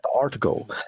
article